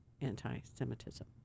anti-Semitism